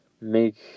make